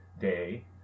day